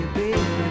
baby